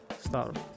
start